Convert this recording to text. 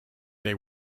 they